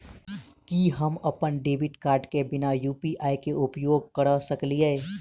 की हम अप्पन debit card केँ बिना यु.पी.आई केँ उपयोग करऽ सकलिये?